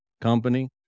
company